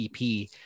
EP